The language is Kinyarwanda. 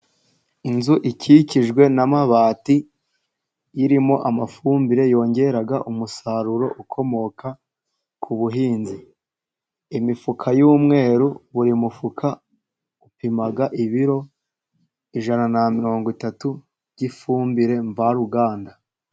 Inzu ikikijwe n'amabati, irimo amafumbire yongera umusaruro ukomoka ku buhinzi. Imifuka y'umweru, buri mufuka upima ibiro ijana na mirongo itatu, by'ifumbire mvaruganda.